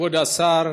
כבוד השר,